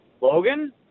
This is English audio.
Logan